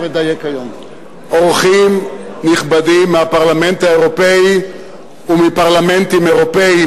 אורחים נכבדים מהפרלמנט האירופי ומפרלמנטים אירופיים,